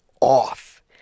off